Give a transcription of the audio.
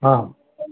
હા